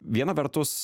viena vertus